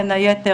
בין היתר,